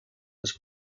les